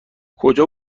کجا